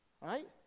Right